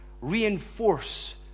reinforce